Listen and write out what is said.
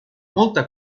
molta